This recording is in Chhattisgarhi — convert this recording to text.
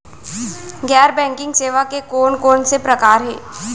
गैर बैंकिंग सेवा के कोन कोन से प्रकार हे?